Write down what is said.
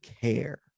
care